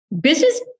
Business